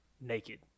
naked